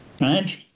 right